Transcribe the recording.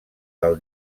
del